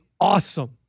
awesome